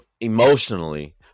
emotionally